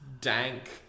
dank